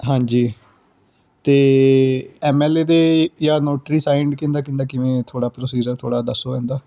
ਹਾਂਜੀ ਅਤੇ M L A ਦੇ ਜਾਂ ਨੋਟਰੀ ਸਾਈਂਡ ਕਿਸਦਾ ਕਿਸਦਾ ਕਿਵੇਂ ਥੋੜ੍ਹਾ ਪ੍ਰੋਸੀਜਰ ਥੋੜ੍ਹਾ ਦੱਸੋ ਇਸਦਾ